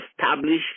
established